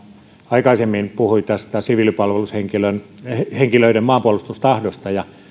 aikaisemmin puhui siviilipalvelushenkilöiden maanpuolustustahdosta ja